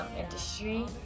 industry